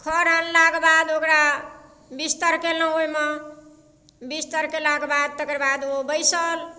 खऽर unlock बाद ओकरा बिस्तर केलहुॅं ओहिमे बिस्तर केलाक बाद तकर बाद ओ बैसल